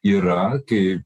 yra kai